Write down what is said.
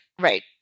right